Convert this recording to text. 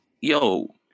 yo